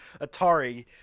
Atari